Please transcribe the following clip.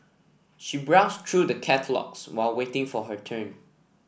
she browsed through the catalogues while waiting for her turn